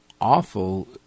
awful